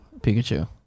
Pikachu